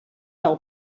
del